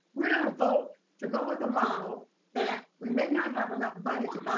we're gonna vote to go with a model that we may not have enough money to